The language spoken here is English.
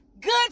Good